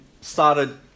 started